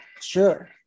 sure